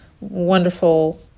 wonderful